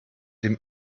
dem